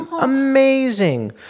amazing